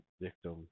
victim